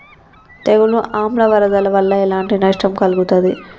తెగులు ఆమ్ల వరదల వల్ల ఎలాంటి నష్టం కలుగుతది?